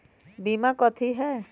बीमा कथी है?